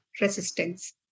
resistance